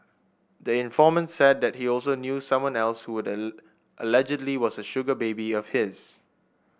the informant said that he also knew someone else who allegedly was a sugar baby of his